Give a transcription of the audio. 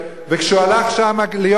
וכשהוא הלך שמה להיות,